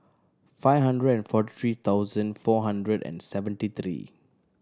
five hundred and forty three thousand four hundred and seventy three